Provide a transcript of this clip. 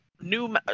New